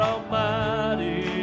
Almighty